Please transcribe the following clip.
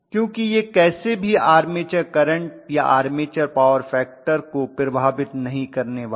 क्योंकि यह कैसे भी आर्मेचर करंट या आर्मेचर पावर फैक्टर को प्रभावित नहीं करने वाला